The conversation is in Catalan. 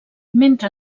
mentre